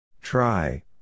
Try